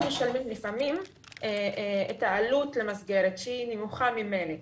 משלמים לפעמים את העלות למסגרת שהיא נמוכה ממילא,